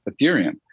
Ethereum